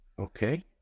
Okay